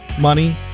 money